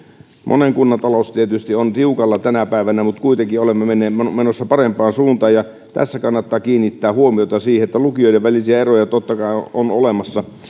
monen kunnan talous tietysti on tiukalla tänä päivänä mutta kuitenkin olemme menossa parempaan suuntaan ja tässä kannattaa kiinnittää huomiota siihen että lukioiden välisiä eroja on totta kai olemassa